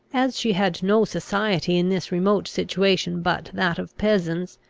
as she had no society in this remote situation but that of peasants,